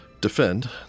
defend